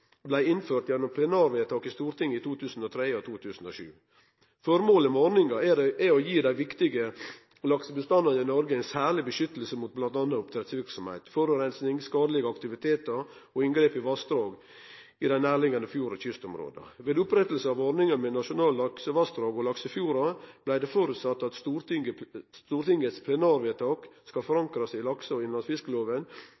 blei innført gjennom plenarvedtak i Stortinget i 2003 og 2007. Formålet med ordninga er å gi dei viktige laksebestandane i Noreg ein særleg beskyttelse mot bl.a. oppdrettsverksemd, forureining, skadelege aktivitetar og inngrep i vassdrag og i dei nærliggjande fjord- og kystområda. Ved oppretting av ordninga med nasjonale laksevassdrag og laksefjordar blei det føresett at Stortingets plenarvedtak skal